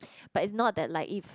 but it's not that like if